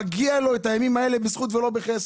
הימים האלה מגיעים לו בזכות ולא בחסד.